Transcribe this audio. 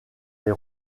les